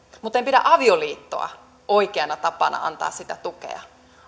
mutta en pidä avioliittoa oikeana tapana antaa sitä tukea